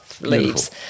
leaves